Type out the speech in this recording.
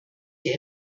der